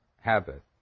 habit